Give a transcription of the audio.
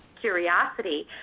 curiosity